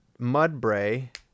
Mudbray